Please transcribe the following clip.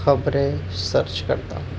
خبریں سرچ کرتا ہوں